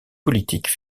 politique